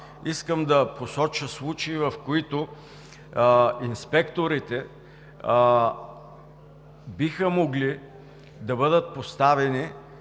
искам да посоча случаи, в които инспекторите биха могли да бъдат поставени,